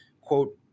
quote